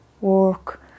work